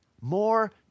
More